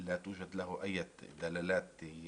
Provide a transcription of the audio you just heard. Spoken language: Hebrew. אין לה שום משמעויות פוליטיות.